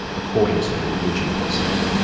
according to religion per se.